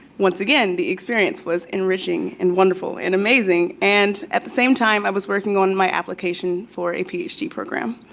once again, the experience was enriching and wonderful, and amazing, and at the same time i was working on my application for a ph d. program.